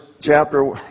chapter